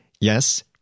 yes